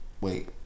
Wait